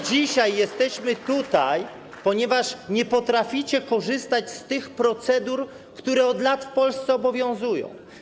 Dzisiaj jesteśmy tutaj, ponieważ nie potraficie korzystać z tych procedur, które od lat w Polsce obowiązują.